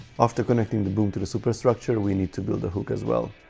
after connecting the boom to the superstructure we need to build a hook as well